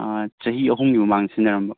ꯑꯥ ꯆꯍꯤ ꯑꯍꯨꯝꯒꯤ ꯃꯃꯥꯡꯗ ꯁꯤꯖꯤꯟꯅꯔꯝꯕ